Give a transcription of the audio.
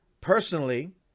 personally